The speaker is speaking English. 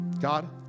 God